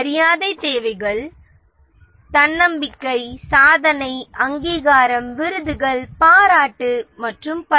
மரியாதை தேவைகள் தன்னம்பிக்கை சாதனை அங்கீகாரம் விருதுகள் பாராட்டு மற்றும் பல